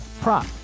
prop